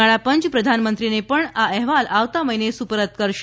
નાણાપંચ પ્રધાનમંત્રીને પણ આ અહેવાલ આવતા મહિને સુપરત કરશે